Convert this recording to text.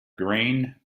green